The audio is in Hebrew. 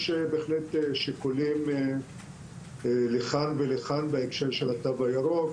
יש בהחלט שיקולים לכאן ולכאן בהקשר של התו הירוק